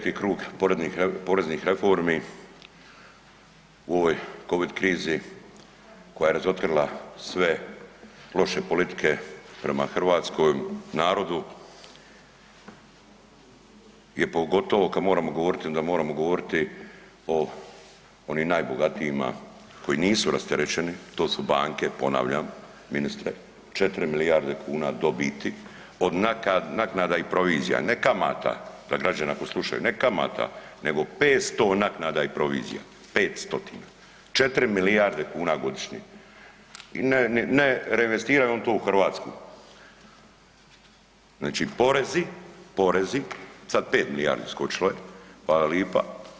Peti krug poreznih reformi u ovoj covid krizi koja je razotkrila sve loše politike prema hrvatskom narodu je pogotovo kada moramo govoriti onda moramo govoriti o onim najbogatijima koji nisu rasterećeni, to su banke, ponavljam ministre 4 milijarde kuna dobiti od naknada i provizija, ne kamata, za građene koji slušaju ne kamata, nego 500 naknada i provizija 500. 4 milijarde kuna godišnje i ne reinvestirano to u Hrvatsku znači porezi sad 5 milijardi skočilo je, fala lipa.